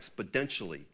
exponentially